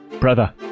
Brother